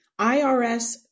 IRS